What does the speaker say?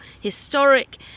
historic